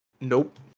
Nope